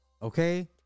Okay